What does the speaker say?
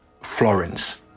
Florence